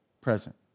present